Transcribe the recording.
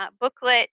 booklet